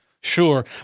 Sure